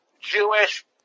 Jewish